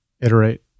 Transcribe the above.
iterate